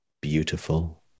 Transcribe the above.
beautiful